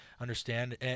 understand